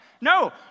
No